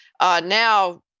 now